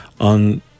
on